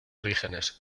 orígenes